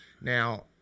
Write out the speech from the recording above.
Now